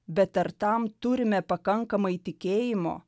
bet ar tam turime pakankamai tikėjimo